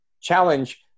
challenge